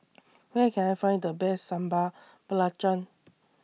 Where Can I Find The Best Sambal Belacan